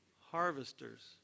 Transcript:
harvesters